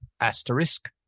asterisk